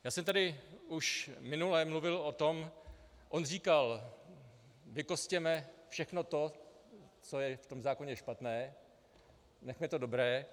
Já jsem tady už minule mluvil o tom on říkal, vykostěme všechno to, co je v tom zákoně špatné, nechme to dobré.